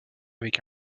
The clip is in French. avec